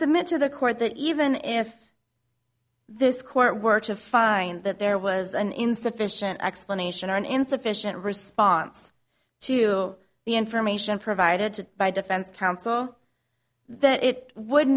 submit to the court that even if this court were to find that there was an insufficient explanation or an insufficient response to the information provided by defense counsel that it would